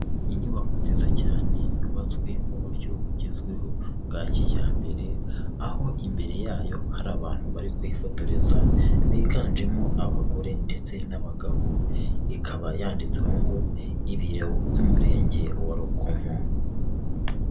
Inyubako nziza cyane yubatswe mu buryo bugezweho bwa kijyambere, aho imbere yayo hari abantu bari kuyifotoreza biganjemo abagore ndetse n'abagabo, ikaba yanditseho ngo ibi by'Umurenge wa Rukomo.